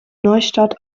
neustadt